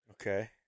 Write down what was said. Okay